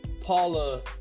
Paula